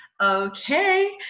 okay